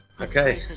Okay